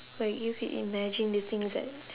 like you could imagine the things that